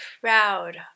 proud